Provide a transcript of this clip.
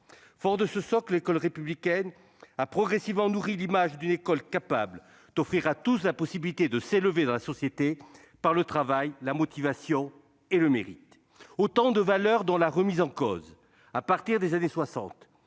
Forte de ce socle, l'école républicaine a progressivement nourri l'image d'une école capable d'offrir à tous la possibilité de s'élever dans la société par le travail, la motivation et le mérite. Autant de valeurs dont la remise en cause, à partir des années 1960,